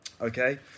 Okay